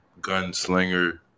gunslinger